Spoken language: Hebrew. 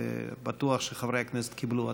ובטוח שחברי הכנסת קיבלו אותה.